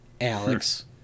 Alex